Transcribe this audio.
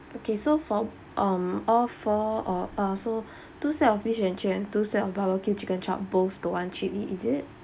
okay so for um all four of uh so two set of fish and chip and two set of barbecue chicken chop both don't want chili is it